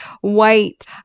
white